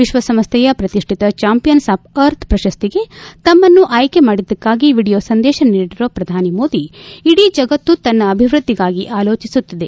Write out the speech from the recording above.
ವಿಶ್ವಸಂಸೈಯ ಪ್ರತಿಷ್ಠಿತ champions of earth ಪ್ರಶಸ್ತಿಗೆ ತಮ್ಮನ್ನು ಆಯ್ಕೆ ಮಾಡಿದ್ದಕ್ಕಾಗಿ ವಿಡೀಯೋ ಸಂದೇಶ ನೀಡಿರುವ ಪ್ರಧಾನಿ ಮೋದಿ ಇಡೀ ಜಗತ್ತು ತನ್ನ ಅಭಿವೃದ್ಧಿಗಾಗಿ ಅಲೋಚಿಸುತ್ತಿದೆ